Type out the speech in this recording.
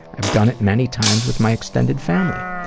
i've done it many times with my extended family.